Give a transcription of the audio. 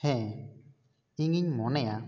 ᱦᱮᱸ ᱤᱧᱤᱧ ᱢᱚᱱᱮᱭᱟ